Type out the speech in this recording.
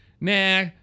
Nah